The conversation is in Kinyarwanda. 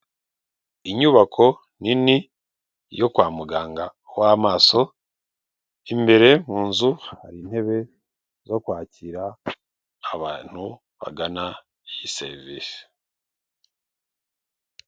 Inyubako nini yo kwa muganga w'amasoso, imbere mu nzu hari intebe zo kwakira abantu bagana iyi serivisi.